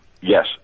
Yes